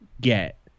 get